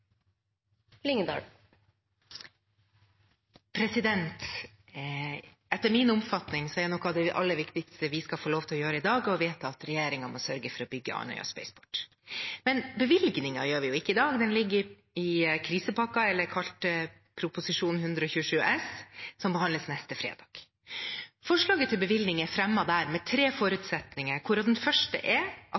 aller viktigste vi skal få lov til å gjøre i dag være å vedta at regjeringen må sørge for å bygge Andøya Spaceport. Men bevilgningen gjør vi jo ikke i dag; den ligger i krisepakken, kalt Prop. 127 S for 2019–2020, som behandles neste fredag. Forslaget til bevilgning er fremmet der med tre forutsetninger, hvorav den første er at